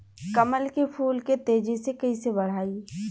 कमल के फूल के तेजी से कइसे बढ़ाई?